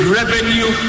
revenue